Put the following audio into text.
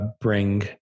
bring